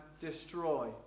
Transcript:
destroy